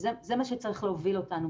זה מה שצריך להוביל אותנו.